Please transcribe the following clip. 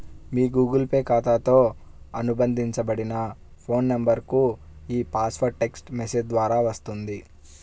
మీ Google Pay ఖాతాతో అనుబంధించబడిన phone నంబర్కు ఈ పాస్వర్డ్ టెక్ట్స్ మెసేజ్ ద్వారా వస్తుంది